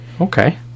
Okay